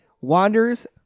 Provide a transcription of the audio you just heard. Wanders